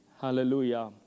Hallelujah